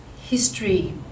history